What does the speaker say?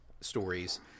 stories